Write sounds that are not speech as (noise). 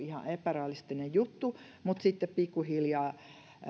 (unintelligible) ihan epärealistinen juttu mutta sitten pikkuhiljaa